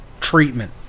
treatment